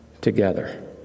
together